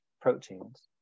proteins